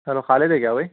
hello Khalid ہے کیا بھائی